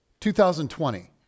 2020